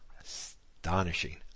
Astonishing